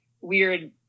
weird